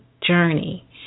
journey